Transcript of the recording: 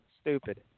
stupid